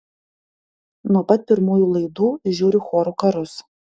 nuo pat pirmųjų laidų žiūriu chorų karus